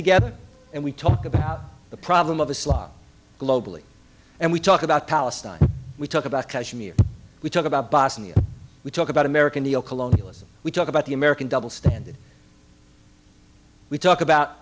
together and we talk about the problem of islam globally and we talk about palestine we talk about kashmir we talk about bosnia we talk about american deal colonialism we talk about the american double standard we talk about